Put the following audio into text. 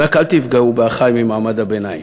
רק אל תפגעו באחי ממעמד הביניים.